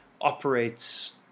operates